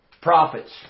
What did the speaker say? prophets